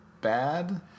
bad